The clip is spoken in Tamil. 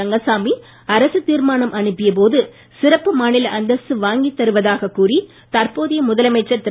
ரங்கசாமி அரசு தீர்மானம் அனுப்பிய போது சிறப்பு மாநில அந்தஸ்து வாங்கி தருவதாக கூறி தற்போதைய திரு